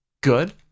good